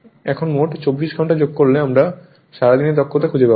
এখন মোট 24 ঘন্টা যোগ করলে আমরা সারা দিনের দক্ষতা খুঁজে পাবো